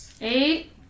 Eight